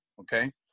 okay